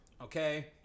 Okay